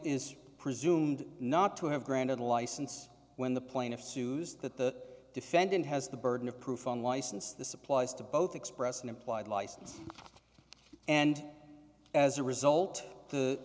is presumed not to have granted a license when the plaintiff sues that the defendant has the burden of proof on license this applies to both express an implied license and as a result the